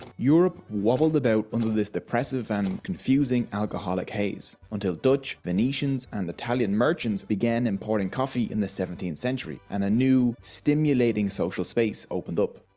europe wobbled about under this depressive and confusing alcoholic haze. until dutch, venetians, and italian merchants began importing coffee in the seventeenth century and a new, stimulating social space opened up.